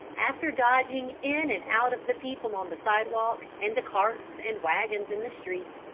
after dodging in and out of the people on the sidewalk and the carts and wagons in the street,